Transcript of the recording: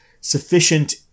sufficient